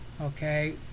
Okay